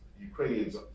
Ukrainians